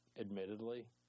admittedly